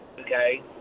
okay